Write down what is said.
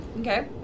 Okay